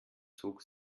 zog